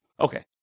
Okay